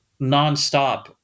nonstop